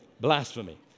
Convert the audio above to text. Blasphemy